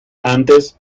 antes